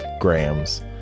grams